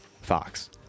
Fox